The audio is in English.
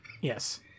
Yes